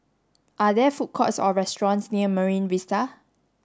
are there food courts or restaurants near Marine Vista